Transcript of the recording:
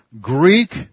Greek